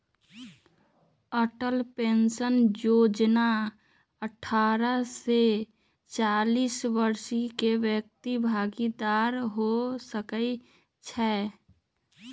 Atal pension जोजना अठारह से चालीस वरिस के व्यक्ति भागीदार हो सकइ छै